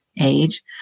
age